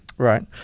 Right